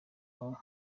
aba